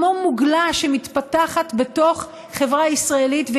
כמו מוגלה שמתפתחת בתוך החברה הישראלית.